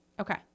Okay